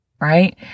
right